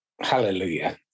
Hallelujah